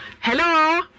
Hello